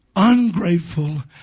ungrateful